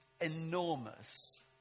enormous